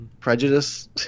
prejudice